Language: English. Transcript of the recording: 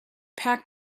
packed